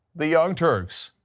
the young turks,